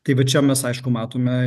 tai va čia mes aišku matome